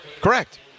Correct